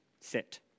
Sit